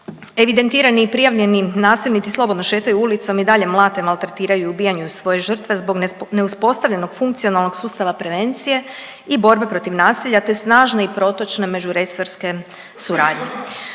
Evidentirani i prijavljeni nasilnici slobodno šetaju ulicom i dalje mlate, maltretiraju i ubijaju svoje žrtve zbog neuspostavljenog funkcionalnog sustava prevencije i borbe protiv nasilja, te snažne i protočne međuresorske suradnje.